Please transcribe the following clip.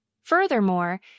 Furthermore